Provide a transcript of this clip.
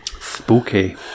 Spooky